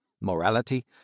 Morality